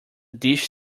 dish